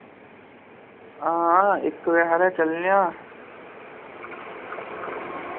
हां इक बजे हारे चलने आं